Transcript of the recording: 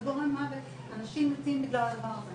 זה גורם מוות, אנשים מתים בגלל הדבר הזה